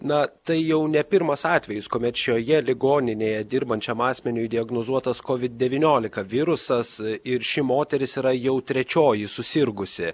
na tai jau ne pirmas atvejis kuomet šioje ligoninėje dirbančiam asmeniui diagnozuotas kovid devyniolika virusas ir ši moteris yra jau trečioji susirgusi